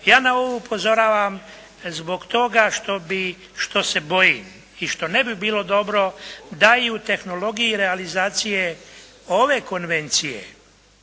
Ja na ovo upozoravam zbog toga što bi, što se bojimi što ne bi bilo dobro da i u tehnologiji realizacije ove Konvencije